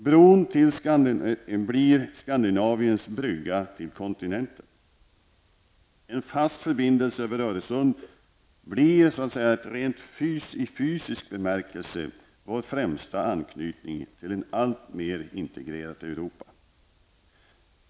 Bron blir Skandinaviens brygga till kontinenten. En fast förbindelse över Öresund blir i rent fysiskt bemärkelse vår främsta anknytning till ett alltmer integrerat Europa.